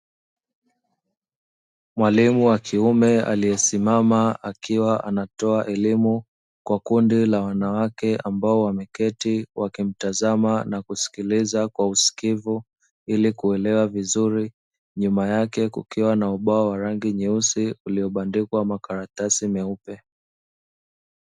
Mwalimu wa kiume aliyesimama akiwa anatoa elimu kwa kundi la wanawake ambao wameketi wakimtazama na kusikiliza kwa usikivu ilikuelewa vizuri, nyuma yake kukiwa na ubao wa rangi nyeusi uliobandikwa makaratasi meupe.